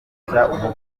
guhashya